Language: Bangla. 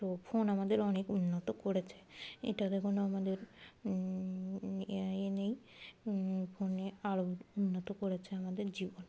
তো ফোন আমাদের অনেক উন্নত করেছে এটা দেখো আমাদের এনেই ফোনে আরও উন্নত করেছে আমাদের জীবন